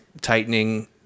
tightening